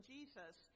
Jesus